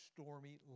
stormy